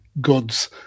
goods